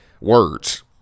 words